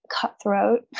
cutthroat